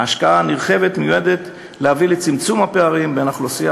ההשקעה הנרחבת מיועדת להביא לצמצום הפערים בין האוכלוסייה